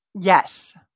Yes